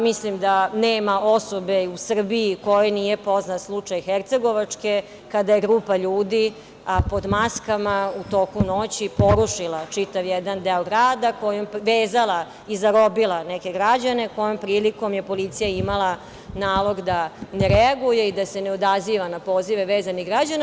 Mislim da nema osobe u Srbiji kojoj nije poznat slučaj Hercegovačke, kada je grupa ljudi pod maskama u toku noći porušila čitav jedan deo grada, vezala i zarobila neke građane, kojom prilikom je policija imala nalog da ne reaguje i da se ne odaziva na pozive vezanih građana.